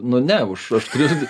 nu ne aš už turėsiu